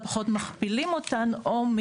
לאור העובדה שכל החלופות הללו אומרות שהרשות מעוניינת,